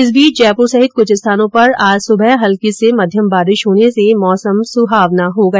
इस बीच जयपुर सहित कुछ स्थानों पर आज सुबह हल्की से मध्यम बारिश होने से मौसम सुहावना हो गया